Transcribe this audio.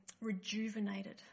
rejuvenated